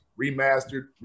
remastered